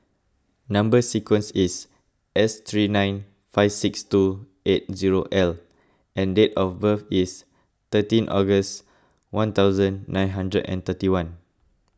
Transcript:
Number Sequence is S three nine five six two eight zero L and date of birth is thirteen August one thousand nine hundred and thirty one